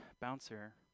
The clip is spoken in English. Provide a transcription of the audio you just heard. bouncer